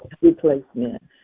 replacement